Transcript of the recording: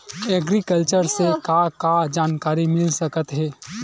Agriculture से का का जानकारी मिल सकत हे?